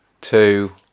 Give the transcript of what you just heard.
two